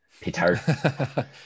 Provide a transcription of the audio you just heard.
Peter